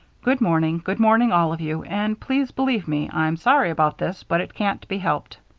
good morning, good morning, all of you, and please believe me, i'm sorry about this, but it can't be helped.